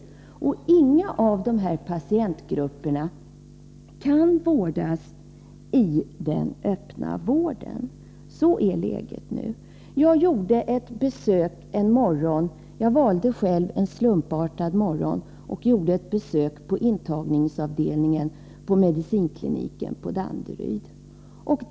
Ingen av dessa patientgrupper kan vårdas i den öppna vården. Så är läget i dag. Jag gjorde en morgon — det var en slumpmässigt vald morgon — ett besök på intagningsavdelningen på medicinkliniken vid Danderyds sjukhus.